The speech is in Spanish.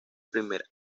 primer